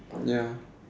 ya